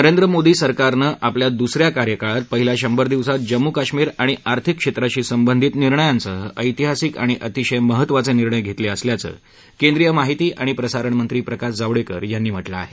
नरेंद्र मोदी सरकारनं आपल्या दुसऱ्या कार्यकाळात पहिल्या शंभर दिवसात जम्मू काश्मीर आणि आर्थिक क्षेत्राशी संबंधित निर्णयांसह ऐतिहासिक आणि अतिशय महत्त्वाचे निर्णय घेतले असल्याचं केंद्रीय माहिती आणि प्रसारणमंत्री प्रकाश जावडेकर यांनी सांगितलं आहे